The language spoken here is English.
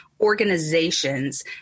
organizations